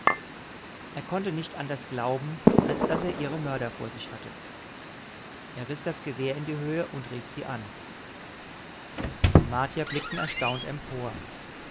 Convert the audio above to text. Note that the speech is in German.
er konnte nicht anders glauben als daß er ihre mörder vor sich habe er riß das gewehr in die höhe und rief sie an die martier blickten erstaunt empor